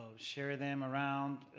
share them around,